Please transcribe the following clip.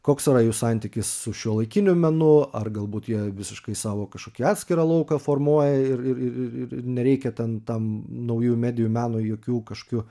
koks yra jų santykis su šiuolaikiniu menu ar galbūt jie visiškai savo kažkokį atskirą lauką formuoja ir ir ir ir ir nereikia ten tam naujų medijų menui jokių kažkokių